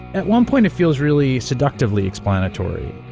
at one point, it feels really seductively explanatory